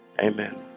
Amen